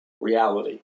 reality